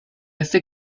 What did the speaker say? este